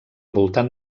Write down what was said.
voltant